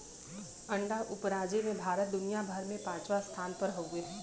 अंडा उपराजे में भारत दुनिया भर में पचवां स्थान पर हउवे